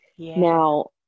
Now